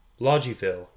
Lodgeville